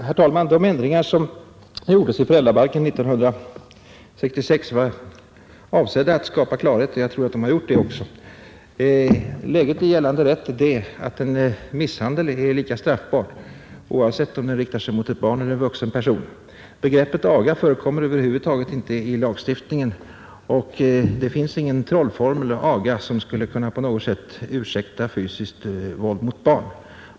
Herr talman! De ändringar som gjordes i föräldrabalken 1966 var avsedda att skapa klarhet. Jag tror de har gjort det också. Läget i gällande rätt är att en misshandel är lika straffbar oavsett om den riktar sig mot ett barn eller en vuxen person. Begreppet aga förekommer över huvud taget inte i lagstiftningen, och det finns ingen trollformel aga som skulle kunna på något sätt ursäkta fysiskt våld mot barn.